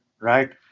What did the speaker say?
right